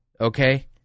Okay